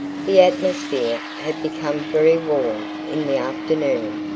the atmosphere had become very warm in the afternoon,